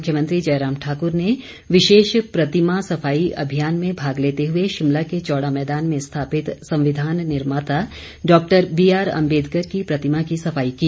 मुख्यमंत्री जयराम ठाकुर ने विशेष प्रतिमा सफाई अभियान में भाग लेते हुए शिमला के चौड़ा मैदान में स्थापित संविधान निर्माता डॉक्टर बीआर अम्बेडकर की प्रतिमा की सफाई की